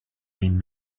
been